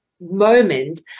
moment